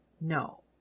No